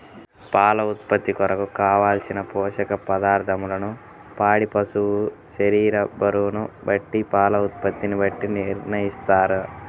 పాల ఉత్పత్తి కొరకు, కావలసిన పోషక పదార్ధములను పాడి పశువు శరీర బరువును బట్టి పాల ఉత్పత్తిని బట్టి నిర్ణయిస్తారా?